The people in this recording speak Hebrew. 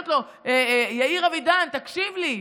יאיר אבידן, תקשיב לי,